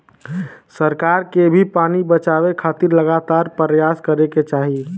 सरकार के भी पानी बचावे खातिर लगातार परयास करे के चाही